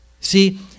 See